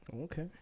Okay